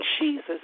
Jesus